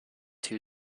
two